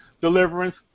deliverance